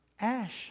Ash